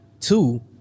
Two